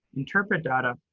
interpret data,